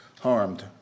harmed